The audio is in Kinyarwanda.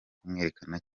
kumwerekana